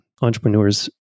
entrepreneurs